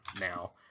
now